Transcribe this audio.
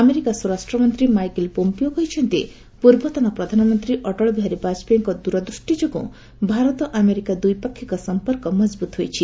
America ସ୍ୱରାଷ୍ଟ୍ରମନ୍ତ୍ରୀ Michael Pompeo କହିଛନ୍ତି ପୂର୍ବତନ ପ୍ରଧାନମନ୍ତ୍ରୀ ଅଟଳବିହାରୀ ବାଜପେୟୀଙ୍କ ଦୂରଦୃଷ୍ଟି ଯୋଗୁଁ ଭାରତ ଆମେରିକା ଦ୍ୱିପାକ୍ଷିକ ସମ୍ପର୍କ ମଜବୁତ୍ ହୋଇଛି